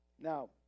Now